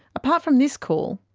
apart from this call,